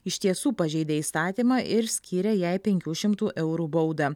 iš tiesų pažeidė įstatymą ir skyrė jai penkių šimtų eurų baudą